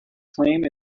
claim